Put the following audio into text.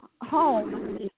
home